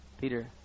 Peter